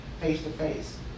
face-to-face